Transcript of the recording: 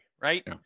right